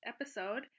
episode